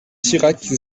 sirac